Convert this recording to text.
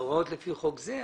מההוראות לפי חוק זה,